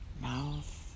mouth